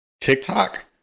TikTok